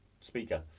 speaker